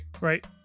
Right